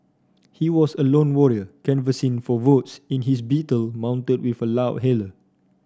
he was a lone warrior canvassing for votes in his Beetle mounted with a loudhailer